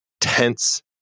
tense